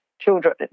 children